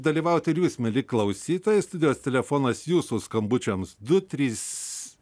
dalyvauti ir jūs mieli klausytojai studijos telefonas jūsų skambučiams du trys